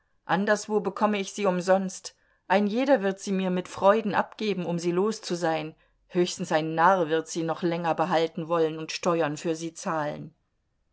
anderswo bekomme ich sie umsonst ein jeder wird sie mir mit freuden abgeben um sie los zu sein höchstens ein narr wird sie noch länger behalten wollen und steuern für sie zahlen